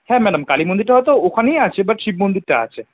হ্যাঁ ম্যাডাম কালী মন্দিরটা হয়তো ওখানেই আছে বাট শিব মন্দিরটা আছে